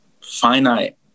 finite